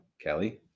Kelly